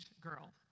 girl